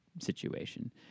situation